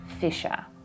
Fisher